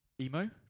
Emo